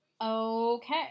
Okay